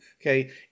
okay